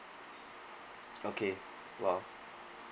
okay !wow!